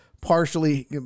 partially